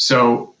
so,